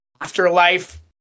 afterlife